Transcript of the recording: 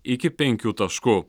iki penkių taškų